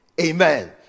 amen